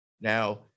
Now